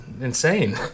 insane